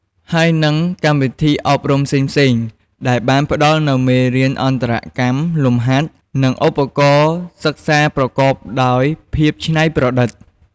ហើយនិងកម្មវិធីអប់រំផ្សេងៗ ដែលបានផ្តល់នូវមេរៀនអន្តរកម្ម លំហាត់ និងឧបករណ៍សិក្សាប្រកបដោយភាពច្នៃប្រឌិត។